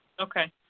Okay